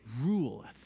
ruleth